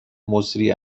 مسری